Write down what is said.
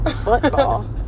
Football